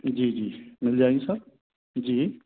जी जी मिल जाएँगे सर जी